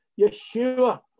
Yeshua